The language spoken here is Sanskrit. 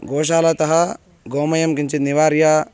गोशालातः गोमयं किञ्चित् निवार्य